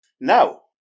Now